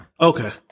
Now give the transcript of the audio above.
Okay